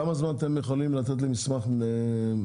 תוך כמה זמן אתם יכולים לתת מסמך משותף?